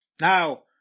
Now